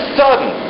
sudden